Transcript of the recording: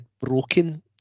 broken